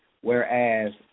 whereas